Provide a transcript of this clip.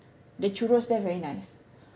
the churros there very nice